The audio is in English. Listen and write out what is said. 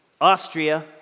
Austria